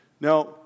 Now